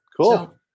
Cool